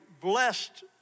blessed